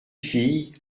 fille